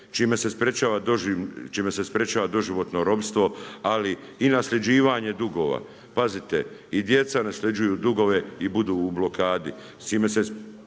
čime se sprečava doživotno ropstvo, ali i nasljeđivanje dugova. Pazite i djeca nasljeđuju dugove i budu u blokadi